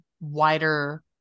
wider